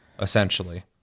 essentially